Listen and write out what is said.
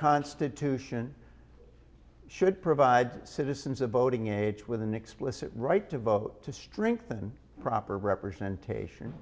constitution should provide citizens of voting age with an explicit right to vote to strengthen proper representation